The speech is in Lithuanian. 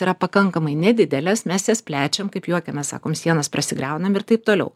yra pakankamai nedidelės mes jas plečiam kaip juokiamės sakom sienas prasigriaunam ir taip toliau